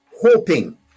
hoping